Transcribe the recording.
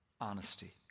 Honesty